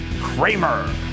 Kramer